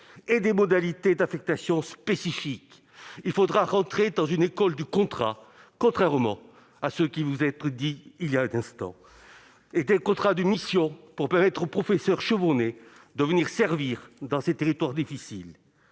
et des modalités d'affectation spécifiques. Il faudra entrer dans une école du contrat, contrairement à ce qui vous a été dit il y a un instant, avec des contrats de mission destinés à permettre aux professeurs chevronnés de venir servir dans ces territoires difficiles.